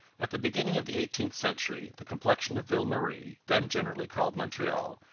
at the beginning of the eighteenth century the complexion of ville marie, then generally called montreal,